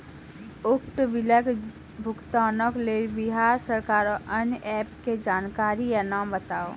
उक्त बिलक भुगतानक लेल बिहार सरकारक आअन्य एप के जानकारी या नाम बताऊ?